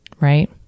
right